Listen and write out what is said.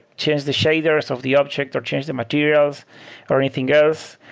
change the shaders of the object or change the materials or anything else.